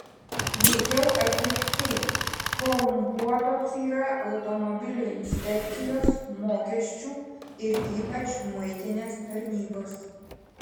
veikiau atvirkščiai korumpuotos yra automobilių inspekcijos mokesčių ir ypač muitinės tarnybos